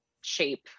shape